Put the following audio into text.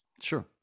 sure